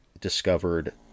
discovered